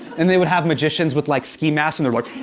and they would have magicians with like, ski masks and they're like,